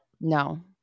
no